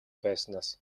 байснаас